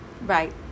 Right